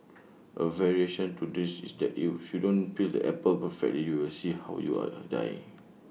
A variation to this is that if you don't peel the apple perfectly you will see how you are die